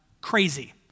Crazy